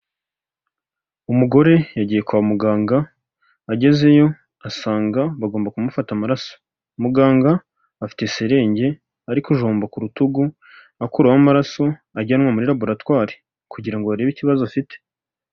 Umugore yagiye kwa muganga, agezeyo asanga bagomba kumufata amaraso, muganga afite serenge ari kujomba ku rutugu, akuramo amaraso ajyanwa muri raboratwari kugira ngo barebe ikibazo afite.